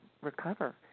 recover